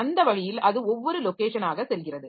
அந்த வழியில் அது ஒவ்வோறு லொகேஷனாக செல்கிறது